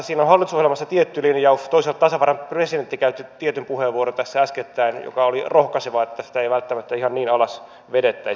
siitä on hallitusohjelmassa tietty linjaus toisaalta tasavallan presidentti käytti tietyn puheenvuoron tässä äskettäin joka oli rohkaiseva että sitä ei välttämättä ihan niin alas vedettäisi